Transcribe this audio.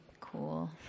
cool